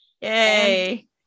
yay